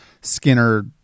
Skinner